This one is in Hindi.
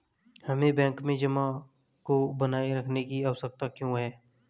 हमें बैंक में जमा को बनाए रखने की आवश्यकता क्यों है?